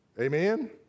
Amen